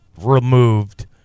removed